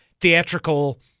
theatrical